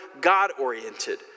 God-oriented